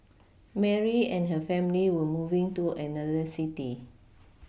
Mary and her family were moving to another city